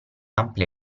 amplia